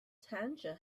tangier